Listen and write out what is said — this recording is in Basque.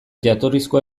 jatorrizko